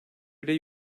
bile